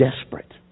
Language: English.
desperate